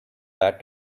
that